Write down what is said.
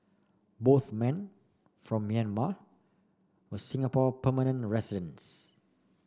both men from Myanmar were Singapore permanent residents